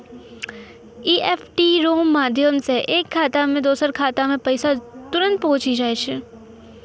EFT रो माध्यम से एक खाता से दोसरो खातामे पैसा तुरंत पहुंचि जाय छै